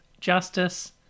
justice